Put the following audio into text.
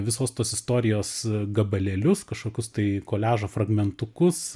visos tos istorijos gabalėlius kažkokius tai koliažo fragmentukus